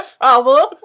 problem